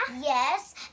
Yes